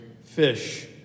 fish